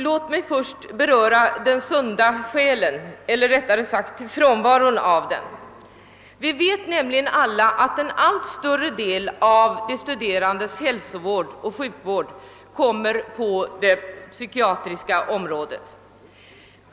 Låt mig först beröra vad en sund själ, eller rättare sagt frånvaron av den, betyder. Vi vet alla att det psykiatriska området får ta hand om en allt större del av de studerandes hälsooch sjukvård.